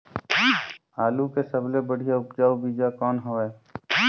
आलू के सबले बढ़िया उपजाऊ बीजा कौन हवय?